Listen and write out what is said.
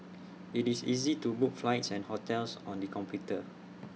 IT is easy to book flights and hotels on the computer